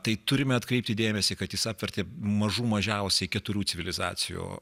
tai turime atkreipti dėmesį kad jis apvertė mažų mažiausiai keturių civilizacijų